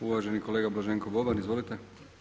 Uvaženi kolega Blaženko Boban, izvolite.